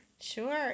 sure